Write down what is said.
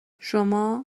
شما